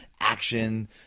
action